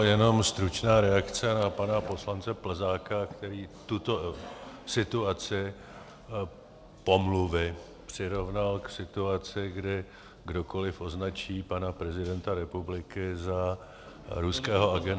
Jenom stručná reakce na pana poslance Plzáka, který tuto situaci pomluvy přirovnal k situaci, kdy kdokoliv označí pana prezidenta republiky za ruského agenta.